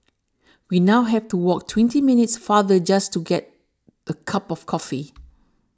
we now have to walk twenty minutes farther just to get a cup of coffee